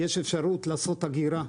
אפשרות לעשות אגירה.